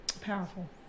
powerful